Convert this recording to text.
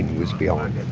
was behind it.